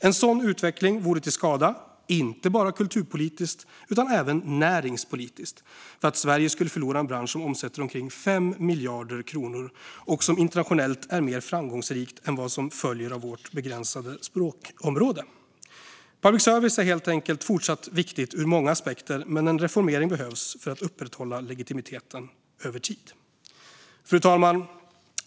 En sådan utveckling vore till skada inte bara kulturpolitiskt utan även näringspolitiskt, för då skulle Sverige förlora en bransch som omsätter omkring 5 miljarder kronor och som internationellt är mer framgångsrik än vad som följer av vårt begränsade språkområde. Public service är helt enkelt fortsatt viktigt ur många aspekter, men en reformering behövs för att upprätthålla legitimiteten över tid. Fru talman!